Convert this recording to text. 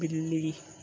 बिल्ली